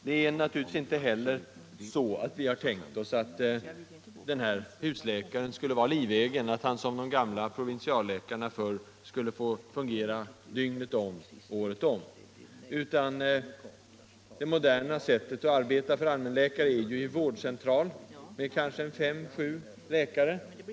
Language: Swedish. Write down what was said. Vi har naturligtvis inte heller tänkt oss att husläkaren skulle vara livegen, att han som de gamla provinsialläkarna förr skulle fungera dygnet runt, året om. Det moderna sättet för allmänläkare att arbeta är ju i vårdcentral, med kanske fem eller sju läkare.